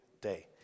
day